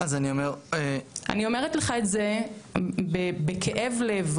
אני אומרת לך את זה בכאב לב.